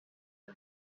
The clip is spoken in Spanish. los